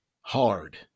hard